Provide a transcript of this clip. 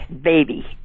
baby